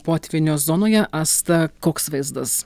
potvynio zonoje asta koks vaizdas